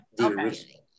Okay